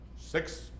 six